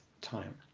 time